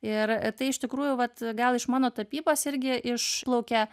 ir e tai iš tikrųjų vat gal iš mano tapybos irgi išplaukia